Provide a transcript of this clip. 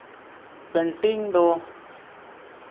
painting ᱫᱚ